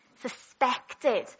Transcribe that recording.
suspected